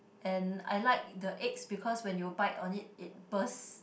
and I like the eggs because when you bite on it it bursts